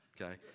okay